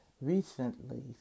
Recently